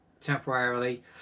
temporarily